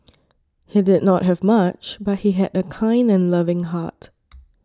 he did not have much but he had a kind and loving heart